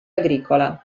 agricola